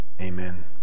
amen